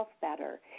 better